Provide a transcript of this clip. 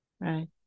right